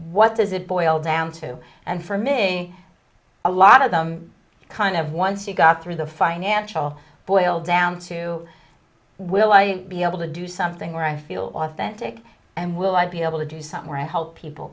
what does it boil down to and for me a lot of them kind of once you got through the financial boil down to will i be able to do something where i feel authentic and will i be able to do something where i help people